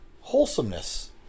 wholesomeness